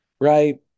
right